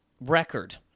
record